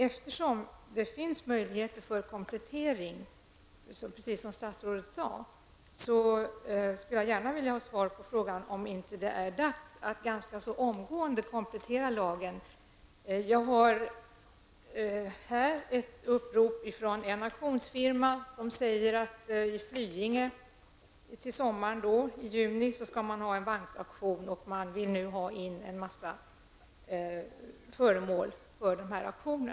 Eftersom det finns en möjlighet till komplettering av bestämmelserna, precis som statsrådet sade, vill jag gärna ha ett svar på frågan om det inte nu är dags att omgående komplettera lagen. Jag har här i min hand ett upprop från en auktionsfirma där man säger att det i sommar i juni skall ske en vagnsauktion i Flyinge och att man nu vill ha in en mängd föremål till denna auktion.